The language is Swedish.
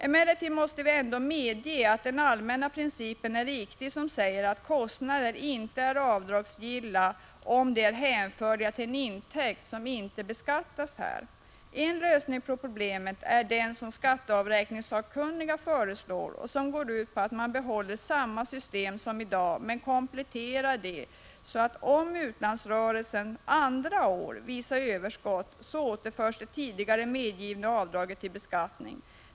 Emellertid måste vi ändå medge att den allmänna princip är riktig som säger att kostnader inte är avdragsgilla om de är hänförliga till intäkter som inte beskattas här. En lösning på problemet är den som skatteavräkningssakkunniga föreslår och som går ut på att man behåller samma system som i dag men kompletterar det så, att om utlandsrörelsen andra år visar överskott, återförs det tidigare medgivna avdraget till beskattning.